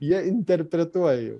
jie interpretuoja jau